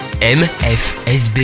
MFSB